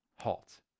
halt